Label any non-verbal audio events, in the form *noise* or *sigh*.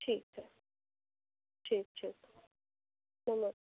ठीक है ठीक ठीक *unintelligible*